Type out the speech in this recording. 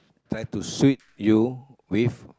try to sweep you with